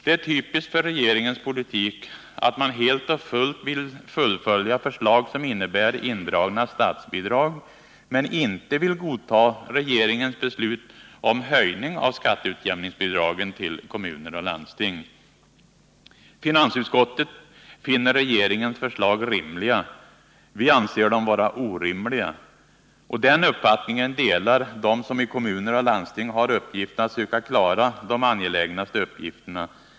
Det är typiskt för regeringens politik att man helt och fullt vill fullfölja förslag som innebär indragna statsbidrag men inte vill godta riksdagens beslut om höjning av skatteutjämningsbidragen till kommuner och landsting. Finansutskottet finner regeringens förslag rimliga. Vi anser dem vara orimliga. Den uppfattningen delar de som i kommuner och landsting skall försöka klara de angelägnaste uppgifterna.